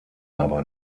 aber